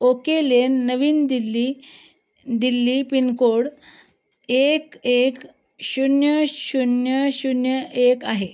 okay lane नवी Delhi Delhi pin code एक एक शून्य शून्य शून्य एक आहे